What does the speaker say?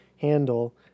handle